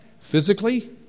Physically